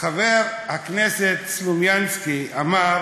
חבר הכנסת סלומינסקי אמר